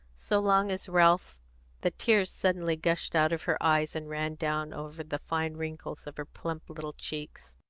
so long as ralph the tears suddenly gushed out of her eyes, and ran down over the fine wrinkles of her plump little cheeks.